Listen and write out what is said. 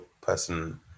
person